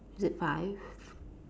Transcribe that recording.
is it five